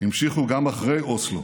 המשיכו גם אחרי אוסלו